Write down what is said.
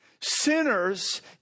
sinners